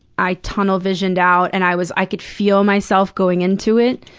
i tunnel-visioned out and i was i could feel myself going into it,